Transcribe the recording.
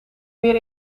meer